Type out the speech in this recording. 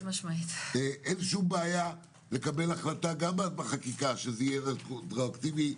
אין שום בעיה לקבל החלטה גם בחקיקה שיהיה אלמנט רטרו-אקטיבי,